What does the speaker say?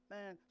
Man